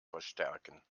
verstärken